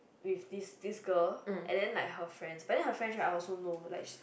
with this this girl and then like her friend but then her friend I also know like she